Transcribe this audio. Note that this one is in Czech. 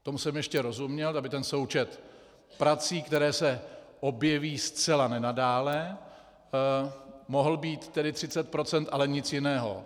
Tomu jsem ještě rozuměl, aby ten součet prací, které se objeví zcela nenadále, mohl být 30 %, ale nic jiného.